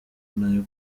n’ayo